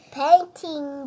painting